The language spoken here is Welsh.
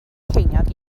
ceiniog